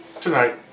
Tonight